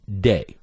day